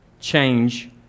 change